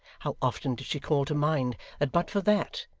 how often did she call to mind that but for that,